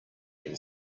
when